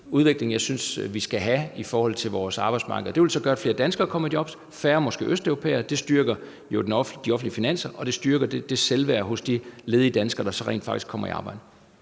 udvikling, som jeg synes at vi skal have i forhold til vores arbejdsmarked. Det ville så gøre, at flere danskere kom i job og måske færre østeuropæere, og det ville jo styrke de offentlige finanser, og det ville styrke selvværdet hos de ledige danskere, der så rent faktisk kommer i arbejde.